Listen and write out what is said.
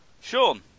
Sean